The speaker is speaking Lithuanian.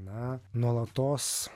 na nuolatos